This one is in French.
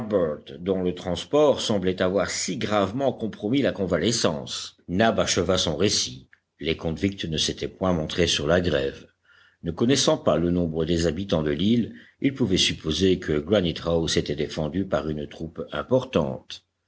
dont le transport semblait avoir si gravement compromis la convalescence nab acheva son récit les convicts ne s'étaient point montrés sur la grève ne connaissant pas le nombre des habitants de l'île ils pouvaient supposer que granite house était défendu par une troupe importante